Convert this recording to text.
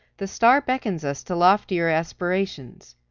the star beckons us to loftier aspirations.